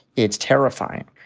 it's terrifying.